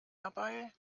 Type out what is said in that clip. dabei